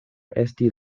esti